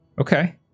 Okay